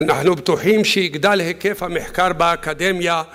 אנחנו בטוחים שיגדל היקף המחקר באקדמיה